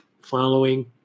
following